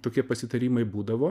tokie pasitarimai būdavo